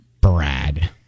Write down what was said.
Brad